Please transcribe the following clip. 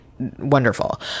wonderful